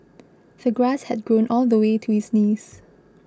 the grass had grown all the way to his knees